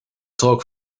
talk